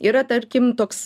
yra tarkim toks